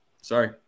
Sorry